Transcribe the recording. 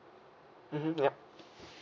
mmhmm yup